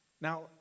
now